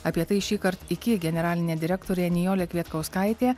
apie tai šįkart iki generalinė direktorė nijolė kvietkauskaitė